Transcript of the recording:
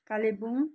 Kalimpong